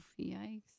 yikes